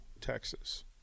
Texas